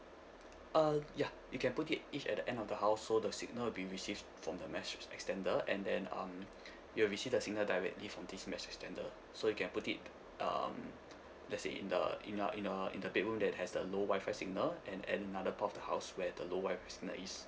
uh yeah you can put it each at the end of the house so the signal will be received from the mesh extender and then um you will receive the signal directly from this mesh extender so you can put it um let's say in the in a in a in the bedroom that has the low WI-FI signal and and another part of the house where the low WI-FI signal is